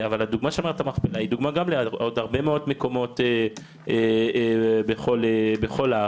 אבל הדוגמא של מערת המכפלה היא דוגמא להרבה מאוד מקומות בכל הארץ.